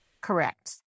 Correct